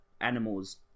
Animals